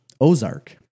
Ozark